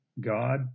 God